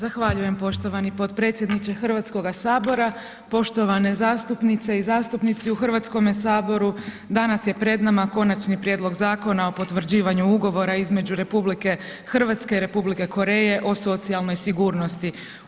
Zahvaljujem poštovani potpredsjedniče Hrvatskoga sabora, poštovane zastupnice i zastupnici u Hrvatskome saboru, danas je pred nama Konačni prijedlog Zakona o potvrđivanju Ugovora između Republike Hrvatske i Republike Koreje o socijalnoj sigurnosti.